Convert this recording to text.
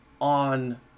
on